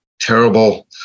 terrible